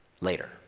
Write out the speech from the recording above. later